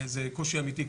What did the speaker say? זה קושי אמיתי.